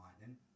lightning